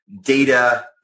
data